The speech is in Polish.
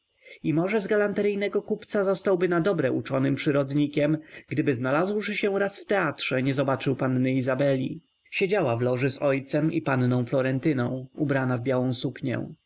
i może z galanteryjnego kupca zostałby na dobre uczonym przyrodnikiem gdyby znalazłszy się raz w teatrze nie zobaczył panny izabeli siedziała w loży z ojcem i panną florentyną ubrana w białą suknię